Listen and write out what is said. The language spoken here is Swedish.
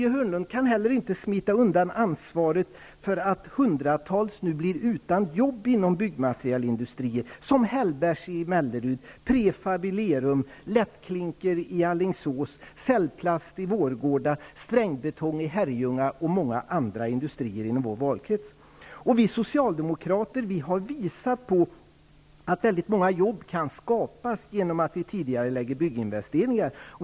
Han kan heller inte smita undan ansvaret för att hundratals människor nu blir utan jobb inom byggmaterielindustrin. Det gäller Hellbergs i Cellplast i Vårgårda, Strängbetong i Herrljunga och många andra industrier i vår valkrets. Vi socialdemokrater har visat på att många jobb kan skapas genom att vi tidigarelägger bygginvesteringar.